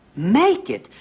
make it.